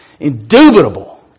indubitable